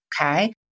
Okay